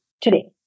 today